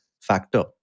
factor